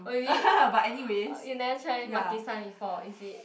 oh is it you never try Maki-San before is it